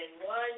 one